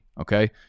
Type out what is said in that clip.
Okay